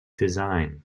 design